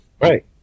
right